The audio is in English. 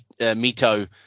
Mito